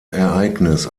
ereignis